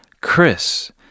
Chris